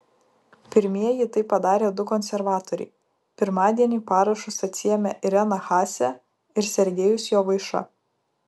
pirmieji tai padarė du konservatoriai pirmadienį parašus atsiėmė irena haase ir sergejus jovaiša